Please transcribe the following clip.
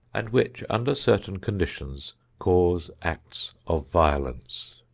and which, under certain conditions cause acts of violence.